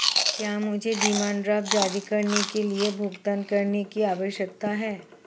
क्या मुझे demand draft जारी करने के लिए भुगतान करने की आवश्यकता है?